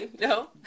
no